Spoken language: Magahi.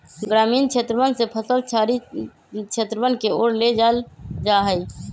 ग्रामीण क्षेत्रवन से फसल शहरी क्षेत्रवन के ओर ले जाल जाहई